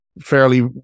fairly